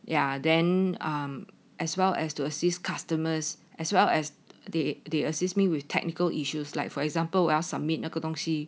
ya then um as well as to assist customers as well as they they assist me with technical issues like for example 我要 submit 那个东西